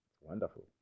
wonderful